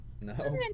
No